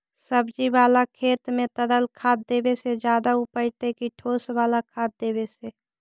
सब्जी बाला खेत में तरल खाद देवे से ज्यादा उपजतै कि ठोस वाला खाद देवे से?